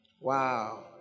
Wow